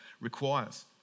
requires